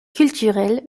culturel